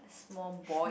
small boy